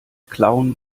clown